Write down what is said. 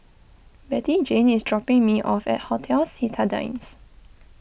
Bettyjane is dropping me off at Hotel Citadines